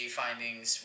findings